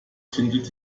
findet